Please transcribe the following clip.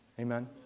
Amen